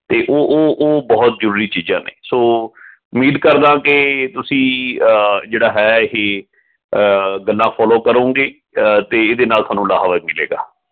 ਅਤੇ ਉਹ ਉਹ ਉਹ ਬਹੁਤ ਜ਼ਰੂਰੀ ਚੀਜ਼ਾਂ ਨੇ ਸੋ ਉਮੀਦ ਕਰਦਾ ਕਿ ਤੁਸੀਂ ਜਿਹੜਾ ਹੈ ਇਹ ਗੱਲਾਂ ਫੋਲੋ ਕਰੋਂਗੇ ਅਤੇ ਇਹਦੇ ਨਾਲ ਤੁਹਾਨੂੰ ਲਾਹਾ ਮਿਲੇਗਾ